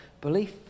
belief